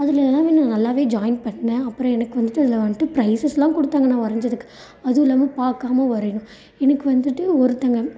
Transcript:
அதில் எல்லாமே நான் நல்லாவே ஜாயின் பண்ணேன் அப்புறம் எனக்கு வந்துவிட்டு அதில் வந்துட்டு ப்ரைஸஸ்லாம் கொடுத்தாங்க நான் வரைஞ்சதுக்கு அதுவும் இல்லாமல் பார்க்காம வரையணும் எனக்கு வந்துவிட்டு ஒருத்தங்க